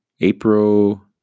April